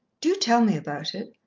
do tell me about it.